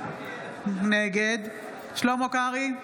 נגד שלמה קרעי,